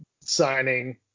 signing